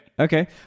Okay